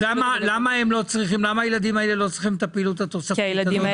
למה הילדים האלה לא צריכים את הפעילות התוספתית הזאת?